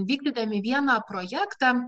vykdydami vieną projektą